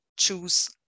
choose